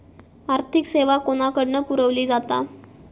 आर्थिक सेवा कोणाकडन पुरविली जाता?